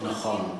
שמחולקים,